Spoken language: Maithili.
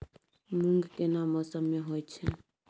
मूंग केना मौसम में होय छै?